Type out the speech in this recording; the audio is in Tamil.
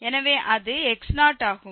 எனவே அது x0 ஆகும்